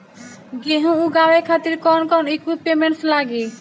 गेहूं उगावे खातिर कौन कौन इक्विप्मेंट्स लागी?